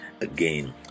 again